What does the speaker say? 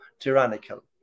tyrannical